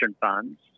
funds